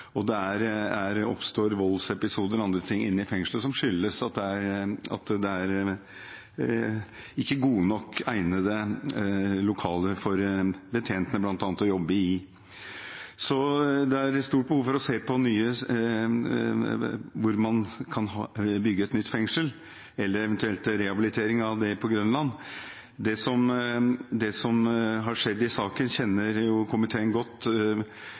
og det oppstår voldsepisoder og annet inne i fengselet som skyldes at det ikke er lokaler som er godt nok egnet for bl.a. betjentene å jobbe i. Så det er et stort behov for å se på hvor man kan bygge et nytt fengsel, eller eventuelt en rehabilitering av det på Grønland. Det som har skjedd i saken, kjenner komiteen godt